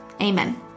Amen